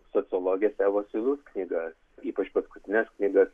sociologės evos iluk knyga ypač paskutines knygas